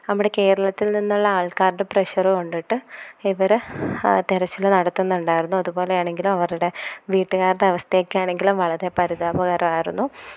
അവിടെ കേരളത്തില് നിന്നുള്ള ആള്ക്കാരുടെ പ്രഷറ് കൊണ്ടിട്ട് ഇവർ തിരച്ചിൽ നടത്തുന്നുണ്ടായിരുന്നു അതുപോലെയാണെങ്കിലും അവരുടെ വീട്ടുകാരുടെ അവസ്ഥയെക്കെ ആണെങ്കിലും വളരെ പരിതാപകരമായിരുന്നു